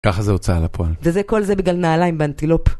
ככה זה הוצאה לפועל. וזה כל זה בגלל נעליים באנטילופ.